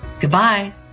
Goodbye